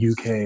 UK